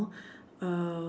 uh